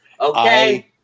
Okay